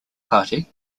party